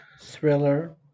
thriller